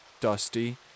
Dusty